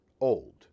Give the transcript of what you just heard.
old